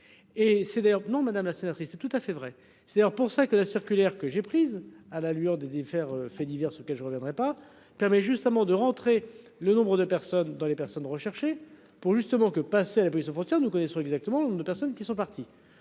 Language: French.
Et c'est d'ailleurs non madame la soeur et c'est tout à fait vrai, c'est pour ça que la circulaire que j'ai prise à la lueur des divers faits divers sur lequel je reviendrai pas permet justement de rentrer le nombre de personnes dans les personnes recherchées pour justement que passer à la police aux frontières. Nous connaissons exactement de personnes qui sont partis.